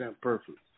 perfect